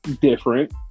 different